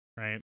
Right